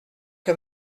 que